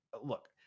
look